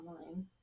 online